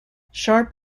sharp